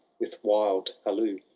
with wild halloo!